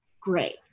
great